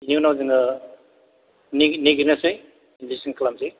बेनि उनाव जोङो नागि नागिरनोसै मिसिं खालामसै